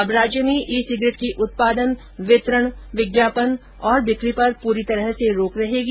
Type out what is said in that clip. अब राज्य में ई सिगरेट के उत्पादन वितरण विज्ञापन और बिकी पर पूरी तरह से रोके रहेगी